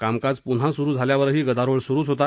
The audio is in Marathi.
कामकाज पुन्हा सुरु झाल्यावरही गदारोळ सुरूच होता